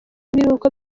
ibiruhuko